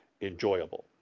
enjoyable